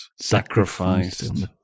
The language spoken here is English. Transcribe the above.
Sacrificed